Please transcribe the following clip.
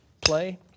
play